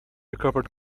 recovered